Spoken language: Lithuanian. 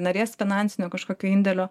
narės finansinio kažkokio indėlio